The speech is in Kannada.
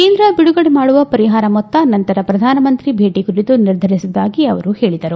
ಕೇಂದ್ರ ಬಿಡುಗಡೆ ಮಾಡುವ ಪರಿಹಾರ ಮೊತ್ತ ನಂತರ ಪ್ರಧಾನಮಂತ್ರಿ ಭೇಟಿ ಕುರಿತು ನಿರ್ಧರಿಸುವುದಾಗಿ ಅವರು ಹೇಳಿದರು